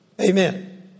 Amen